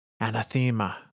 Anathema